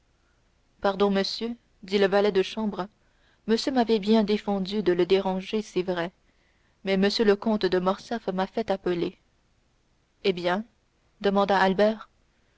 pardon monsieur dit le valet de chambre monsieur m'avait bien défendu de le déranger c'est vrai mais m le comte de morcerf m'a fait appeler eh bien demanda albert